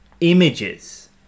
images